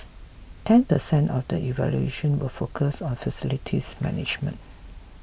ten percent of the evaluation will focus on facilities management